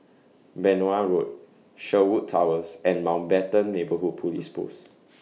Benoi Road Sherwood Towers and Mountbatten Neighbourhood Police Post